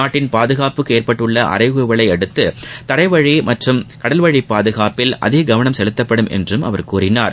நாட்டின் பாதுகாப்புக்கு ஏற்பட்டுள்ள அறைகூவலை அடுத்து தரைவழி மற்றும் கடல்வழிப் பாதுகாப்பில் அதிக கவனம் செலுத்தப்படும் என்றும் அவர் கூறினார்